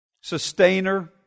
Sustainer